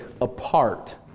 apart